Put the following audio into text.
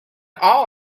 all